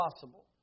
possible